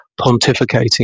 pontificating